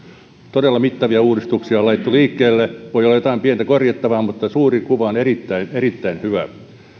todella mittavia uudistuksia on laitettu liikkeelle voi olla jotain pientä korjattavaa mutta suuri kuva on erittäin erittäin hyvä se